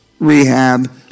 rehab